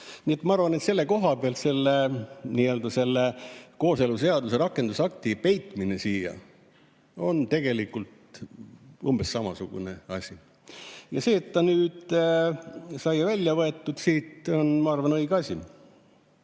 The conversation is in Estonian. Ma arvan, et selle koha pealt, selle nii-öelda kooseluseaduse rakendusakti peitmine siia on tegelikult umbes samasugune asi. See, et ta nüüd sai välja võetud siit, on, ma arvan, õige asi.